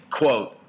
quote